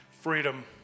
freedom